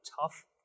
tough